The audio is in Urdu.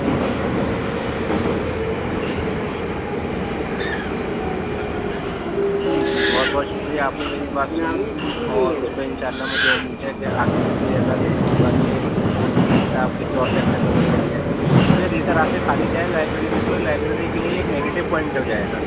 جی جی جی جی بہت بہت شکریہ آپ نے میری بات سنی اور اس کا ان شاء اللہ مجھے امید ہے کہ آگے سے کوئی ایسا نہیں ہوگا کہ اردو کی کتاب کسی اور سیکشن میں مل رہی ہے کیونکہ ریڈر آ کے خالی جائے لائبریری سے تو یہ لائبریری کے لیے ایک نیگیٹیو پوائنٹ جائے گا